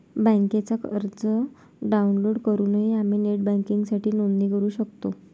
बँकेचा अर्ज डाउनलोड करूनही आम्ही नेट बँकिंगसाठी नोंदणी करू शकतो